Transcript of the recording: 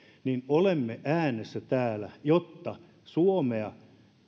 olemme äänessä täällä jotta suomea